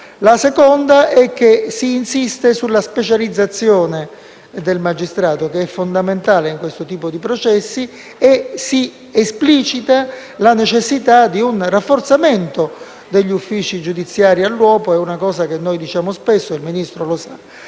La seconda è che si insiste sulla specializzazione del magistrato, che è fondamentale in questo tipo di processi, e si esplicita la necessità di un rafforzamento degli uffici giudiziari all'uopo preposti. È una cosa che diciamo spesso e il Ministro lo sa,